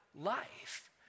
life